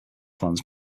plans